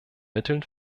mitteln